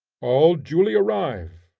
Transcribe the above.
all duly arrive,